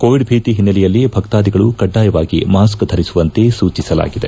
covid ಭೀತಿ ಓನ್ನೆಲೆಯಲ್ಲಿ ಭಕ್ತಾಧಿಗಳು ಕಡ್ಡಾಯವಾಗಿ ಮಾಸ್ಕ್ ಧರಿಸುವಂತೆ ಸೂಚಿಸಲಾಗಿದೆ